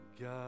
God